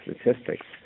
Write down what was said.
statistics